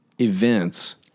events